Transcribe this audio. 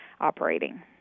operating